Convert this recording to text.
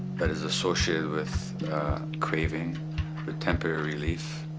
that is associated with craving, with temporary relief.